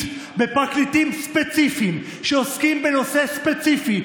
בפרקליטים ספציפיים שעוסקים בנושא ספציפי,